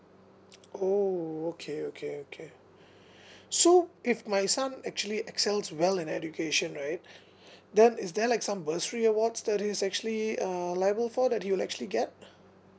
oh okay okay okay so if my son actually excels well in education right then is there like some bursary awards that he's actually err level four that he will actually get